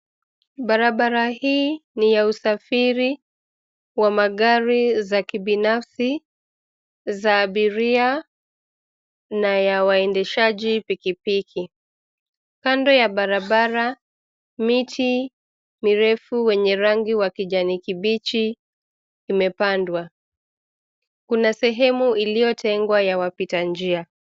Barabara hii ni ya usafiri wa magari za kibinasi, za abiria na ya waendeshaji pikipiki. Kando ya barabara miti mirefu, wenye rangi wa kijani kibichi imepandwa, kuna sehemu iliotengwa ya wapitanjia.